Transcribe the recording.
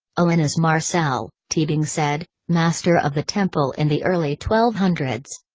alanus marcel, teabing said, master of the temple in the early twelve hundreds.